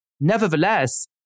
nevertheless